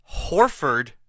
Horford